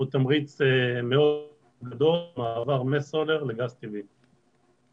זה תמריץ מאוד גדול למעבר מסולר לגז טבעי,